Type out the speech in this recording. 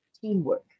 teamwork